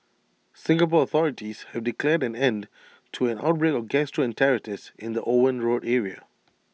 Singapore authorities have declared an end to an outbreak of gastroenteritis in the Owen road area